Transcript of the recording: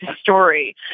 story